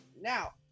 now